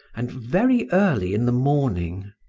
and very early in the morning.